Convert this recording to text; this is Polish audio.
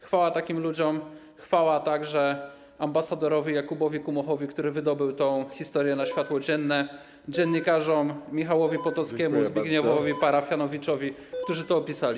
Chwała takim ludziom, chwała także ambasadorowi Jakubowi Kumochowi, który wydobył tę historię na światło dzienne, dziennikarzom Michałowi Potockiemu i Zbigniewowi Parafianowiczowi, którzy to opisali.